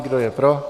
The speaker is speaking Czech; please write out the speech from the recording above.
Kdo je pro?